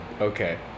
Okay